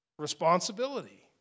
responsibility